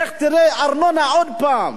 לך תראה, ארנונה, עוד פעם.